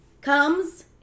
comes